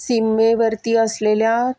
सीमेवरती असलेल्या